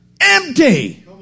empty